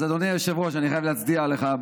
אז אדוני היושב-ראש, אני חייב להצדיע לך.